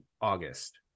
August